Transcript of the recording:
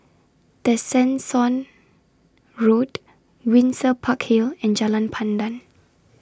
Tessensohn Road Windsor Park Hill and Jalan Pandan